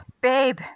babe